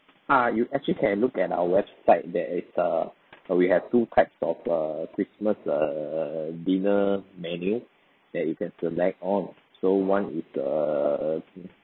ah you actually can look at our website there is uh we have two types of uh christmas uh dinner menu that you can select on so one is a